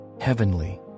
heavenly